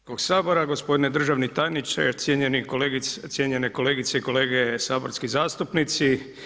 sabora, gospodine državni tajniče, cijenjene kolegice i kolege saborski zastupnici.